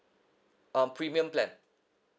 um premium plan